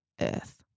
Earth